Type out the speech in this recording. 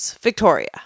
Victoria